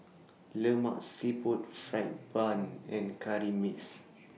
Lemak Siput Fried Bun and Curry Mixed